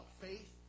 faith